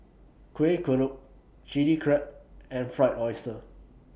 Kueh Kodok Chili Crab and Fried Oyster